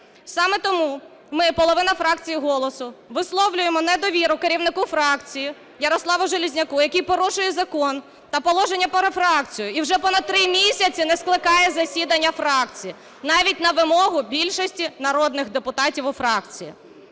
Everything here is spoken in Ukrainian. Саме тому ми, половина фракції "Голосу" висловлюємо недовіру керівнику фракції Ярославу Железняку, який порушує закон та положення про фракцію і вже понад три місяці не скликає засідання фракції, навіть на вимогу більшості народних депутатів у фракції.